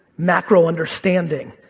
macro understanding.